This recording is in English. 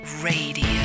Radio